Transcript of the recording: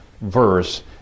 verse